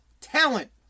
talent